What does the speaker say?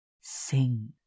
sing